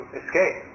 escape